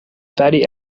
fatty